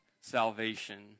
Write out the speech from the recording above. salvation